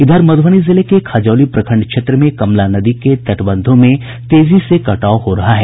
इधर मध्रबनी जिले के खजौली प्रखंड क्षेत्र में कमला नदी के तटबंधों में तेजी से कटाव हो रहा है